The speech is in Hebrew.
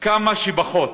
כמה שפחות.